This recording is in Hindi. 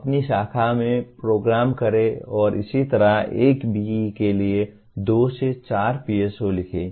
अपनी शाखा में प्रोग्राम करें और इसी तरह एक BE के लिए दो से चार PSO लिखें